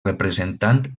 representant